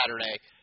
Saturday